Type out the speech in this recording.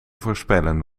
voorspellen